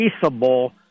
peaceable